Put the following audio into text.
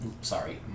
Sorry